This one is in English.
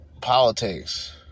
politics